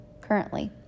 currently